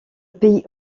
pays